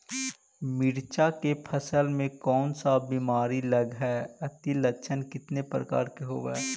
मीरचा के फसल मे कोन सा बीमारी लगहय, अती लक्षण कितने प्रकार के होब?